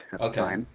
Okay